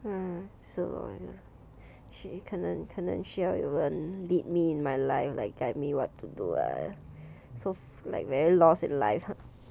mm 是 lor 谁可能可能需要有人 lead me in my life like guide me what to do ah so like very lost in life uh